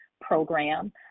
program